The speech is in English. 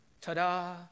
Ta-da